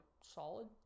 solid